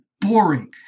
boring